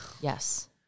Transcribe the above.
Yes